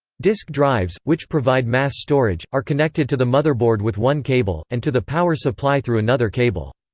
disk drives, which provide mass storage, are connected to the motherboard with one cable, and to the power supply through another cable.